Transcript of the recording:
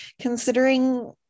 considering